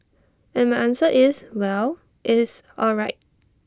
and my answer is well he's all right